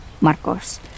Marcos